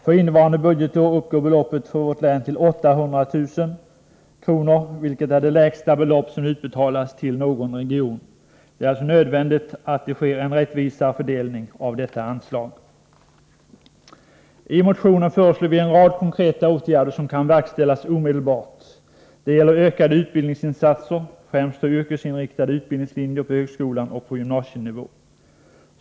För innevarande budgetår uppgår beloppet för vårt län till 800 000 kr., vilket är det lägsta belopp som utbetalas till någon region. Det är nödvändigt att det sker en rättvisare fördelning av detta anslag. I motionen föreslår vi en rad konkreta åtgärder som kan verkställas omedelbart. Det gäller ökade utbildningsinsatser, främst då yrkesinriktade utbildningslinjer på högskolan och på gymnasienivå.